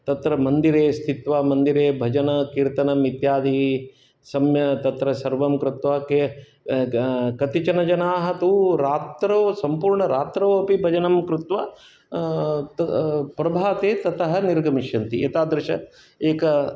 तत्र मन्दिरे स्थित्वा मन्दिरे भजनकीर्तनम् इत्यादि सम्य तत्र सर्वं कृत्वा के कतिचन जनाः तु रात्रौ सम्पूर्ण रात्रौ अपि भजनं कृत्वा तत् प्रभाते ततः निर्गमिष्यन्ति एतादृश एकः